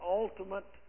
ultimate